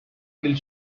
del